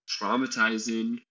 traumatizing